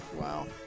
wow